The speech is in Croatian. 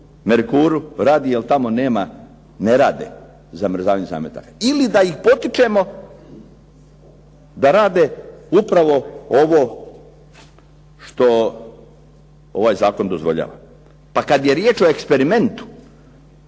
Merkuru jer tamo ne rade zamrzavanje zametaka. Ili da ih potičemo da rade upravo ovo što ovaj zakon dozvoljava. Pa kada je riječ o eksperimentu